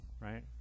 right